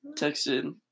texted